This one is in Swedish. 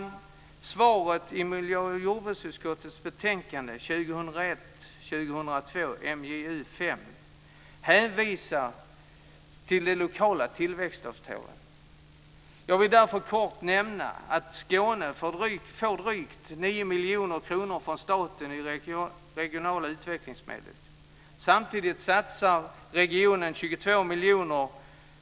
I svaret i Miljö och jordbruksutskottets betänkande 2001/02:MJU5 hänvisas till de lokala tillväxtavtalen. Jag vill därför kort nämna att Skåne får drygt 9 miljoner kronor från staten i regionala utvecklingsmedel. Samtidigt satsar regionen 22 miljoner.